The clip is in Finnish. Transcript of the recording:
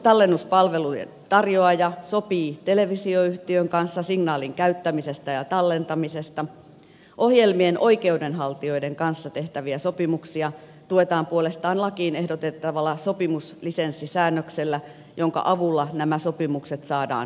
tallennuspalvelujen tarjoaja sopii televisioyhtiön kanssa signaalin käyttämisestä ja tallentamisesta ohjelmien oikeudenhaltijoiden kanssa tehtäviä sopimuksia tuetaan puolestaan lakiin ehdotettavalla sopimuslisenssisäännöksellä jonka avulla nämä sopimukset saadaan kattaviksi